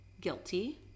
guilty